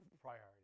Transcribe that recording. priority